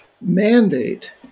mandate